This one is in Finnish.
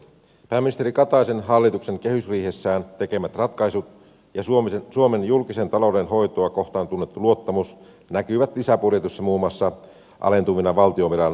pääministeri kataisen hallituksen kehysriihessään tekemät ratkaisut ja suomen julkisen talouden hoitoa kohtaan tunnettu luottamus näkyvät lisäbudjetissa muun muassa alentuvina valtionvelan korkomenoina